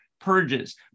purges